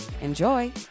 Enjoy